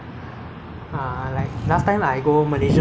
there was a it was a K_T_M station ah to go to johor and malaysia so